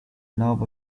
knob